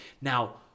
Now